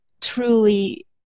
truly